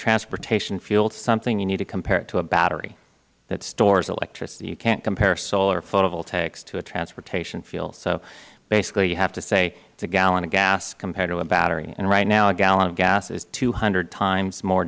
transportation fuel to something you need to compare it to a battery that stores electricity you can't compare solar photovoltaics to a transportation fuel basically you have to say it is a gallon of gas compared to a battery and right now a gallon of gas is two hundred times more